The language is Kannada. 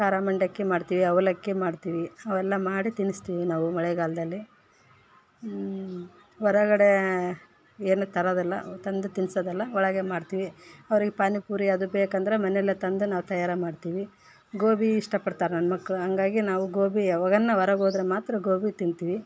ಖಾರ ಮಂಡಕ್ಕಿ ಮಾಡ್ತೀವಿ ಅವಲಕ್ಕಿ ಮಾಡ್ತೀವಿ ಅವೆಲ್ಲ ಮಾಡಿ ತಿನಿಸ್ತೀವಿ ನಾವು ಮಳೆಗಾಲದಲ್ಲಿ ಹೊರಗಡೆ ಏನು ತರೋದಲ್ಲ ತಂದು ತಿನಿಸೋದಿಲ್ಲ ಒಳಗೆ ಮಾಡ್ತೀವಿ ಅವ್ರಿಗೆ ಪಾನಿ ಪೂರಿ ಅದು ಬೇಕೆಂದ್ರೆ ಮನೆಲ್ಲೆ ತಂದು ನಾವು ತಯಾರು ಮಾಡ್ತೀವಿ ಗೋಬಿ ಇಷ್ಟಪಡ್ತಾರೆ ನನ್ನ ಮಕ್ಳು ಹಂಗಾಗಿ ನಾವು ಗೋಬಿ ಯಾವಗನ್ನ ಹೊರಗೋದ್ರೆ ಮಾತ್ರ ಗೋಬಿ ತಿಂತೀವಿ